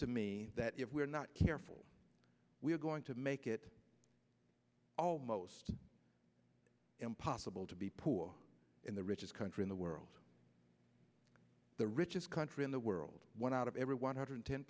to me that if we're not careful we're going to make it almost impossible to be poor in the richest country in the world the richest country in the world one out of every one hundred